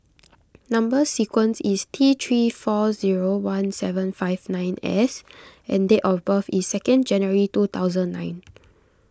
Number Sequence is T three four zero one seven five nine S and date of birth is second January two thousand nine